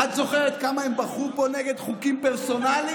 את זוכרת כמה הם בכו פה נגד חוקים פרסונליים?